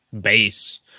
base